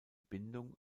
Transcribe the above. bindung